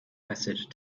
passage